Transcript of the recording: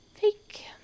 fake